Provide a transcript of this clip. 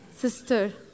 Sister